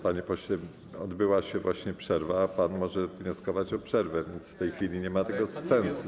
Panie pośle, odbyła się właśnie przerwa, a pan może wnioskować o przerwę, więc w tej chwili nie ma to sensu.